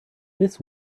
this